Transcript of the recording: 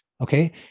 Okay